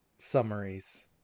summaries